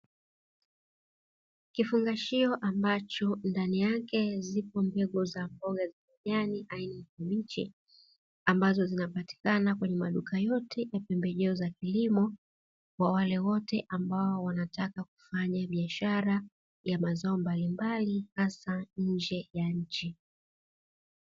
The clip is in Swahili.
Kifungashio ambacho ndani yake zipo mbegu za mboga za majani aina ya miche, ambazo zinapatikana kwenye maduka yote ya pembejeo za kilimo, kwa wale wote ambao wanoataka kufanya biashara ya mazao mbalimbali hasa nje ya nchi.